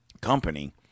company